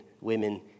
women